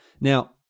Now